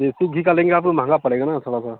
देसी घी का लेंगे आपको महंगा पड़ेगा ना थोड़ा सा